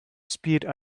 speed